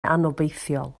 anobeithiol